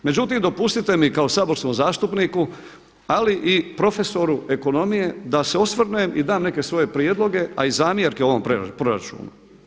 Međutim, dopustite mi kao saborskom zastupniku ali i prof. ekonomije da se osvrnem i dam neke svoje prijedloge a i zamjerke ovom proračunu.